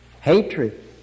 Hatred